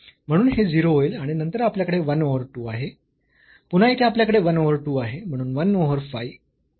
म्हणून हे 0 होईल आणि नंतर आपल्याकडे 1 ओव्हर 2 आहे पुन्हा येथे आपल्याकडे 1 ओव्हर 2 आहे म्हणून 1 ओव्हर 5 आणि y वजा 1 स्क्वेअर